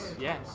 yes